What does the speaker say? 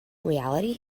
reality